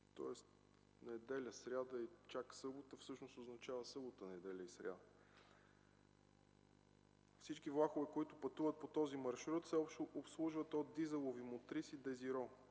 от неделя чак в сряда и после в събота, всъщност означава събота, неделя и сряда. Всички влакове, които пътуват по този маршрут, се обслужват от дизелови мотриси „Дезиро”.